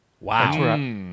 Wow